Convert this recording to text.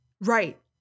Right